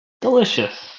Delicious